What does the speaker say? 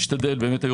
באמת.